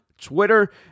Twitter